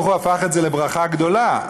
הקדוש-ברוך-הוא הפך את זה לברכה גדולה,